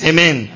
Amen